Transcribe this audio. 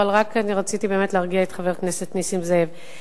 אבל רציתי רק באמת להרגיע את חבר הכנסת נסים זאב.